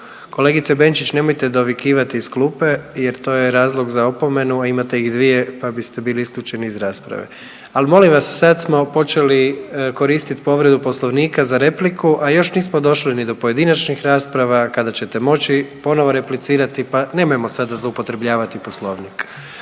Kolegice Benčić, nemojte dovikivati iz klupe jer to je razlog za opomenu, a imate ih dvije pa biste bili isključeni iz rasprave. Ali molim vas, sad smo počeli koristiti povredu Poslovnika za repliku, a još nismo došli ni do pojedinačnih rasprava kada ćete moći ponovo replicirati pa nemojmo sada zloupotrebljavati Poslovnik.